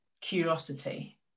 curiosity